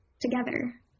together